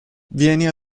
vieni